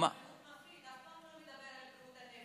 על בריאות הנפש.